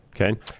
Okay